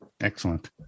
Excellent